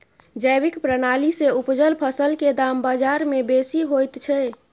जैविक प्रणाली से उपजल फसल के दाम बाजार में बेसी होयत छै?